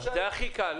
זה הכי קל.